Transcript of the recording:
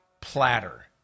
platter